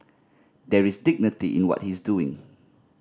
there is dignity in what he's doing